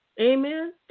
Amen